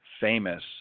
famous –